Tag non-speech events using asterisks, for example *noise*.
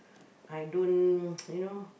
I don't *noise* you know